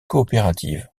coopérative